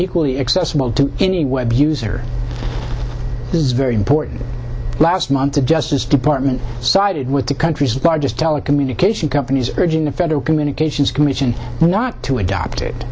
equally accessible to any web user this is very important last month the justice department sided with the country's largest telecommunication companies urging the federal communications commission not to adopt